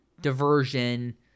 diversion